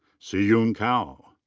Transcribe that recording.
siyuan cao.